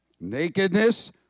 Nakedness